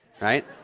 right